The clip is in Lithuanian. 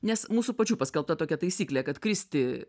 nes mūsų pačių paskelbta tokia taisyklė kad kristi